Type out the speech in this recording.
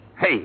Hey